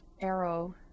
arrow